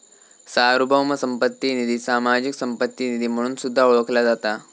सार्वभौम संपत्ती निधी, सामाजिक संपत्ती निधी म्हणून सुद्धा ओळखला जाता